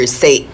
say